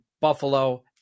Buffalo